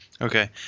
Okay